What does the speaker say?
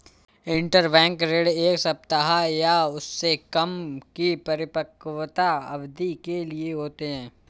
interbank ऋण एक सप्ताह या उससे कम की परिपक्वता अवधि के लिए होते हैं